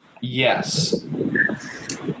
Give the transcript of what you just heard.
yes